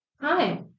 Hi